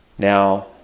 Now